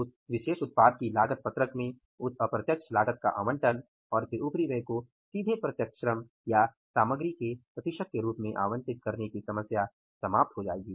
उस विशेष उत्पाद की लागत पत्रक में उस अप्रत्यक्ष लागत का आवंटन और फिर उपरिव्यय को सीधे प्रत्यक्ष श्रम या सामग्री के प्रतिशत के रूप में आवंटित करने की समस्या समाप्त हो जाएगी